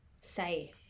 say